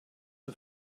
der